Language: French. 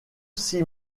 six